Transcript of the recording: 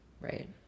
Right